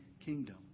kingdom